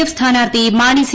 F സ്ഥാനാർത്ഥി Mani C